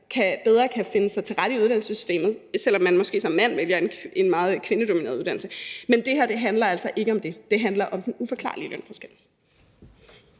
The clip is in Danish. bedre kan finde sig til rette i uddannelsessystemet, selv om man måske som mand vælger en meget kvindedomineret uddannelse. Men det her handler altså ikke om det. Det handler om den uforklarlige lønforskel.